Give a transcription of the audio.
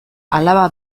alaba